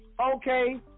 okay